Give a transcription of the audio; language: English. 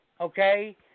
okay